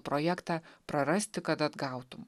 projektą prarasti kad atgautų